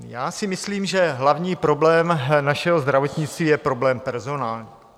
Já si myslím, že hlavní problém našeho zdravotnictví je problém personální.